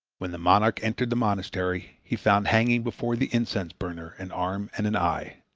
when the monarch entered the monastery, he found hanging before the incense burner an arm and an eye.